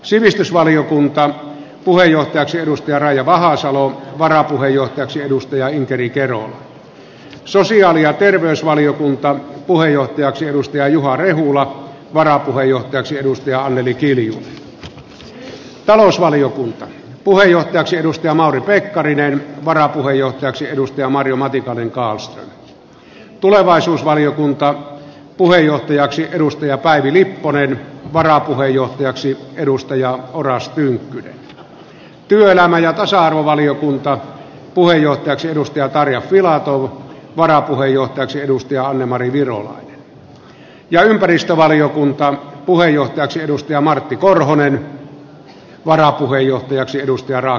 sivistysvaliokunta tulee jo seppo kääriäinen raija vahasalo inkeri kerola ja terveysvaliokuntapuheenjohtajaksi juha rehula anneli kiljunen mauri pekkarinen marjo matikainen kallström päivi lipponen oras tynkkynen ja tasa arvovaliokuntapuheenjohtajaksi tarja filatov anne mari virolainen martti korhonen rakel hiltunen